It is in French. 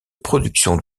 production